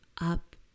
up